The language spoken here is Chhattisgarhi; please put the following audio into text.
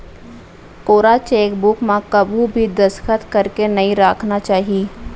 कोरा चेकबूक म कभू भी दस्खत करके नइ राखना चाही